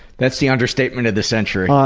that's the understatement of the century. ah,